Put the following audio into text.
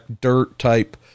dirt-type